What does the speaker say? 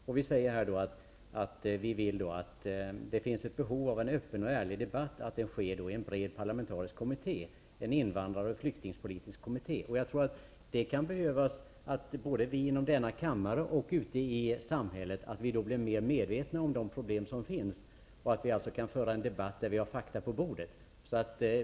Vi vill att det skall finnas ett behov av en öppen och ärlig debatt och att den sker i en bred parlamentarisk kommitté, en invandrar och flyktingpolitisk kommitté. Jag tror att både vi i denna kammare och andra ute i samhället kan behöva bli mera medvetna om de problem som finns, så att vi kan föra en debatt utifrån fakta.